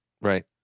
Right